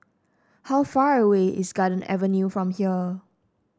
how far away is Garden Avenue from here